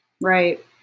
Right